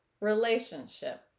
relationship